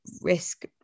risk